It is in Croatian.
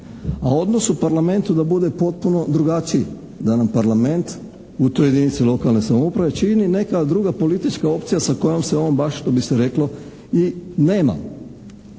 A odnos u Parlamentu da bude potpuno drugačiji. Da nam Parlament u toj jedinici lokalne samouprave čini neka druga politička opcija sa kojom se on baš, što bi se reklo, i nema.